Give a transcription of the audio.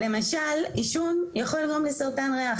למשל עישון יכול לגרום לסרטן ריאה,